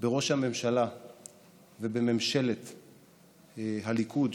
בראש הממשלה ובממשלת הליכוד,